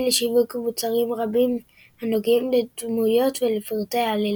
לשיווק מוצרים רבים הנוגעים לדמויות ולפרטי העלילה.